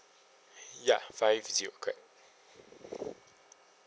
ya five zero correct